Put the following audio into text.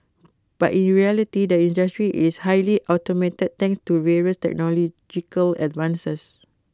but in reality the industry is highly automated thanks to various technological advances